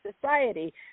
society